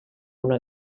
una